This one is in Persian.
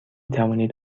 توانید